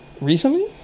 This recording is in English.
Recently